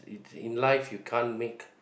in life you can't make